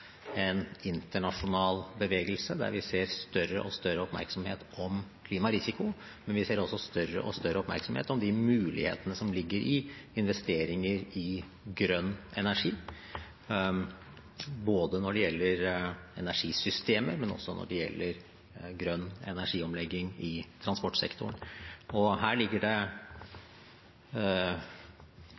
en internasjonal bevegelse der vi ser større og større oppmerksomhet om klimarisiko, men vi ser også større og større oppmerksomhet om de mulighetene som ligger i investeringer i grønn energi både når det gjelder energisystemer, og også når det gjelder grønn energiomlegging i transportsektoren. Her ligger det